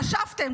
חשבתם,